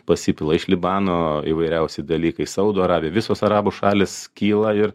pasipila iš libano įvairiausi dalykai saudo arabija visos arabų šalys skyla ir